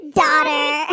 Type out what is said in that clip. daughter